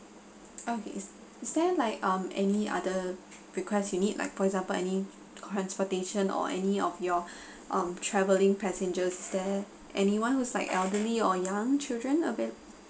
okay is there like um any other request you need like for example any transportation or any of your um travelling passengers there anyone who's like elderly or young children availa~